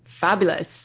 Fabulous